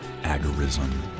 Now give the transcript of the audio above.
agorism